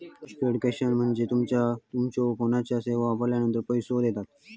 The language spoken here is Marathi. पोस्टपेड कनेक्शन म्हणजे तुम्ही तुमच्यो फोनची सेवा वापरलानंतर पैसो देता